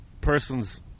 persons